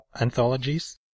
anthologies